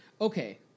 okay